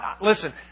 Listen